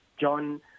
John